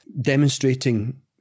demonstrating